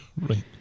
right